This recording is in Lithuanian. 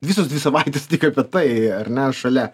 visos dvi savaitės tik apie tai ar ne šalia